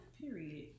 period